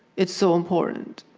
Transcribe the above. is so important.